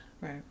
Right